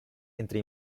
entre